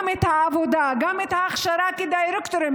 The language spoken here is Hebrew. גם עבודה וגם הכשרה כדירקטורים,